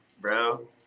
bro